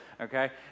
okay